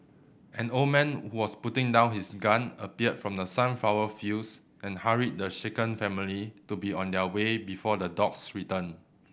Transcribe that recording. an old man who was putting down his gun appeared from the sunflower fields and hurried the shaken family to be on their way before the dogs return